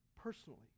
personally